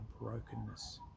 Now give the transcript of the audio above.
brokenness